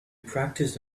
practiced